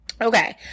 Okay